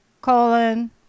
colon